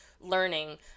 learning